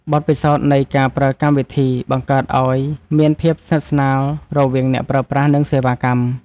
បទពិសោធន៍នៃការប្រើកម្មវិធី បង្កើតឱ្យមានភាពស្និទ្ធស្នាលរវាងអ្នកប្រើប្រាស់ និងសេវាកម្ម។